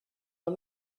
i’m